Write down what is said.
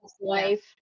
Life